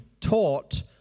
taught